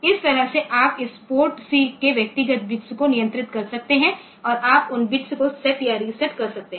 इस तरह से आप इस पोर्ट C के व्यक्तिगत बिट्स को नियंत्रित कर सकते हैं और आप उन बिट्स को सेट या रीसेट कर सकते हैं